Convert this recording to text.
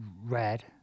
red